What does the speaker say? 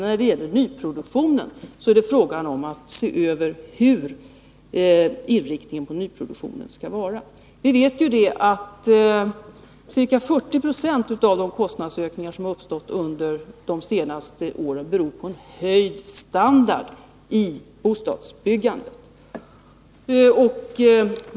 I fråga om nyproduktionen gäller det att se över hur inriktningen av nyproduktionen bör vara. Vi vet ju att ca 40 26 av de kostnadsökningar som har uppstått under de senaste åren beror på en höjning av bostadsbyggandets standard.